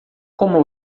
como